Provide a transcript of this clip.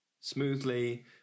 smoothly